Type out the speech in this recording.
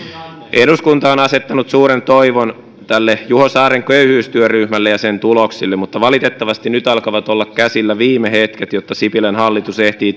eduskunta on asettanut suuren toivon tälle juho saaren köyhyystyöryhmälle ja sen tuloksille mutta valitettavasti nyt alkavat olla käsillä viime hetket jotta sipilän hallitus ehtii